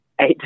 eight